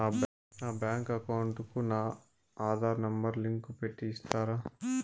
నా bank account కు నా ఆధార్ నెంబర్ లింకు పెట్టి ఇస్తారా?